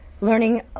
learning